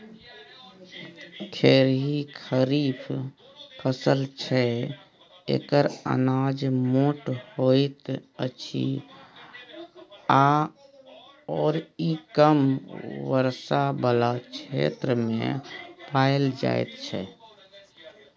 खेरही खरीफ फसल छै एकर अनाज मोट होइत अछि आओर ई कम वर्षा बला क्षेत्रमे पाएल जाइत छै